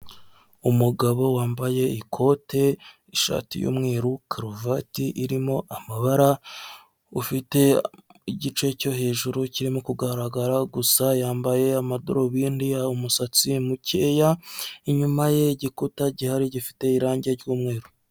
Umugabo wambaye ikote ishati y'umweru karuvati irimo amabara ufite igice cyo hejuru kirimo kugaragara gusa yambaye amadarubindi umusatsi mukeya inyuma yigikuta gihari gifite irangi ry'yumweru.